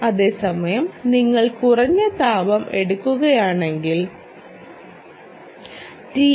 അതേസമയം നിങ്ങൾ കുറഞ്ഞ താപം എടുക്കുകയാണെങ്കിൽ ടി